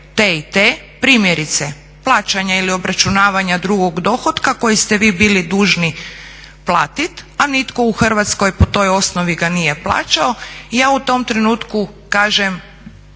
te i te, primjerice plaćanje ili obračunavanja drugog dohotka kojeg ste vi bili dužni platiti, a nitko u Hrvatskoj po toj osnovi ga nije plaćao. Ja u tom trenutku kažem